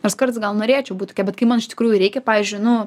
nors kartais gal norėčiau būt tokia bet kai man iš tikrųjų reikia pavyzdžiui nu